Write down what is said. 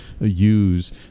use